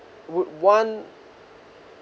would want